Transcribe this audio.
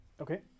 Okay